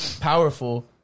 powerful